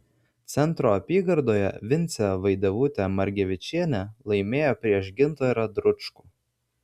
centro apygardoje vincė vaidevutė margevičienė laimėjo prieš gintarą dručkų